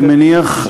אני מניח,